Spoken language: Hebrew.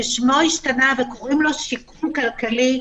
ששמו השתנה וקוראים לו "שיקום כלכלי",